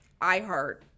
iHeart